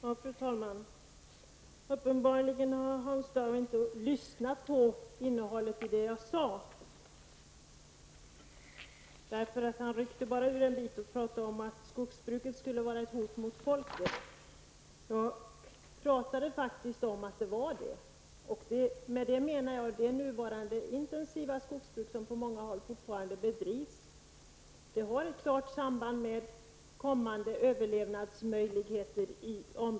Fru talman! Uppenbarligen har Hans Dau inte lyssnat till innehållet i det jag sade. Han ryckte ut en bit och talade om att skogsbruket skulle vara ett hot mot folket. Jag sade faktiskt att det var så. Men med det menade jag det intensiva skogsbruk som på många håll fortfarande bedrivs. Det har ett klart samband med kommande överlevnadsmöjligheter i området.